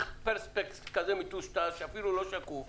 לי ספק שהבעיה הגדולה של חברות התעופה